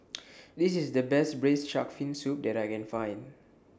This IS The Best Braised Shark Fin Soup that I Can Find